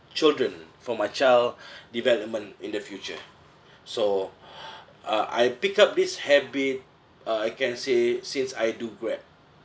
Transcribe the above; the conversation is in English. children for my child development in the future so uh I pick up this habit uh I can say since I do grab